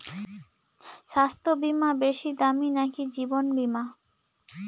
স্বাস্থ্য বীমা বেশী দামী নাকি জীবন বীমা?